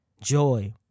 joy